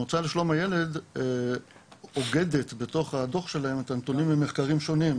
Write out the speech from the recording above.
המועצה לשלום הילד אוגדת בתוך הדו"ח שלהם את הנתונים ממחקרים שונים,